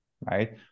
right